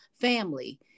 family